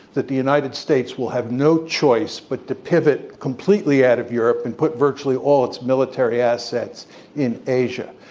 that the united states will have no choice but to pivot completely out of europe and put virtually all its military assets in asia.